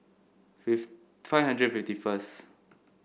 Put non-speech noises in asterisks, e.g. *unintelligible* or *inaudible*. *unintelligible* five hundred fifty first